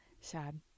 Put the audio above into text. Sad